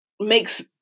makes